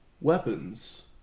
weapons